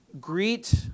Greet